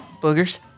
Boogers